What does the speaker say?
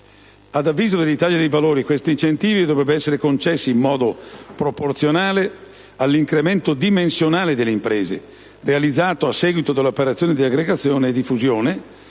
Ad avviso dell'Italia dei Valori, questi incentivi dovrebbero essere concessi in modo proporzionale all'incremento dimensionale delle imprese realizzato a seguito dell'operazione di aggregazione o di fusione